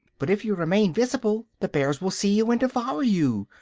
but if you remain visible the bears will see you and devour you,